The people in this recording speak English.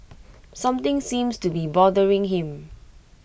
something seems to be bothering him